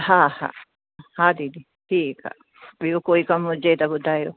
हा हा दीदी ठीकु आहे ॿियो कोई कमु हुजे त ॿुधायो